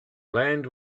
land